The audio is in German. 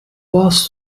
warst